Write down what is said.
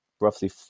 roughly